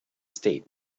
state